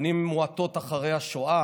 שנים מועטות אחרי השואה